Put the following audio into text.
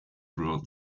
ruled